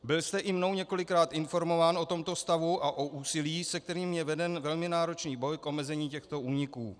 Byl jste i mnou několikrát informován o tomto stavu a o úsilí, se kterým je veden velmi náročný boj k omezení těchto úniků.